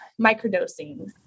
microdosing